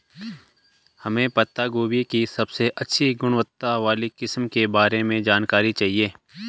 हमें पत्ता गोभी की सबसे अच्छी गुणवत्ता वाली किस्म के बारे में जानकारी चाहिए?